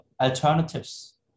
alternatives